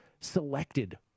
selected